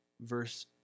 verse